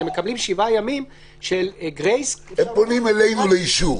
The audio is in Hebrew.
הם מקבלים 7 ימים של גרייס וב-7 ימים האלה --- הם פונים אלינו לאישור,